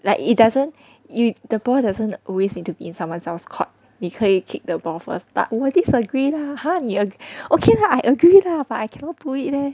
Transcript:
like it doesn't if the boy doesn't always into in someone's else court 你可以 kick the ball first but 我 disagree lah ah okay !huh! 你 agree okay I agree lah but I cannot do it leh